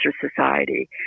Society